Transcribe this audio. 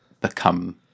become